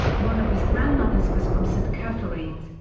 one of his grandmothers was from st. catharines,